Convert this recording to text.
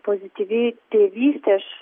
pozityvi tėvystė aš